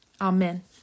Amen